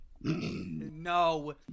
No